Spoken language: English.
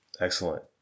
Excellent